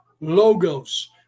logos